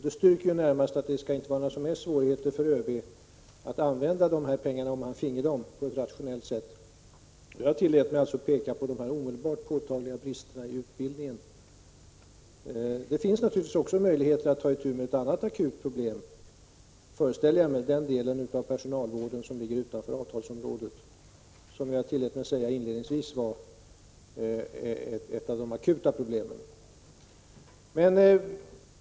Det styrker närmast att det inte kan vara några som helst svårigheter för ÖB att använda dessa pengar på ett rationellt sätt, om han finge dem. Jag tillät mig att peka på de omedelbart påtagliga bristerna i utbildningen. Det finns naturligtvis också möjligheter att ta itu med ett annat akut problem, föreställer jag mig, nämligen den delen av personalvården som ligger utanför avtalsområdet och som jag tillät mig att inledningsvis säga vara ett av de akuta problemen.